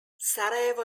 sarajevo